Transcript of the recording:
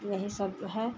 यही सब है